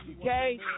Okay